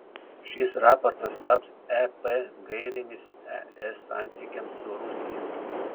šis raportas taps ep gairėmis es santykiams su rusija